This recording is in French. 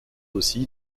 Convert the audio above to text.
aussi